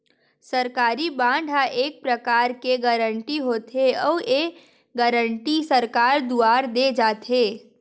सरकारी बांड ह एक परकार के गारंटी होथे, अउ ये गारंटी सरकार दुवार देय जाथे